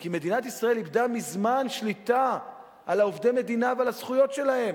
כי מדינת ישראל מזמן איבדה שליטה על עובדי המדינה ועל הזכויות שלהם.